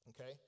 Okay